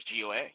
GOA